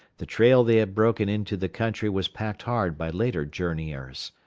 the trail they had broken into the country was packed hard by later journeyers.